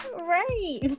Right